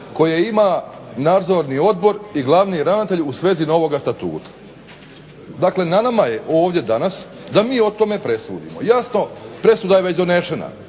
koje ima Nadzorni odbor i glavni ravnatelj u svezi novoga statuta. Dakle na nama je ovdje danas da mi o tome presudimo. Jasno, presuda je već donesena,